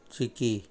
चिकी